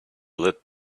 lit